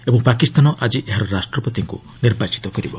ଏବଂ ପାକିସ୍ତାନ ଆଜି ଏହାର ରାଷ୍ଟ୍ରପତିକୁ ନିର୍ବାଚିତ କରିବ